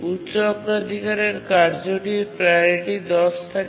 উচ্চ অগ্রাধিকারের কার্যটির প্রাওরিটি ১০ থাকে